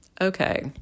Okay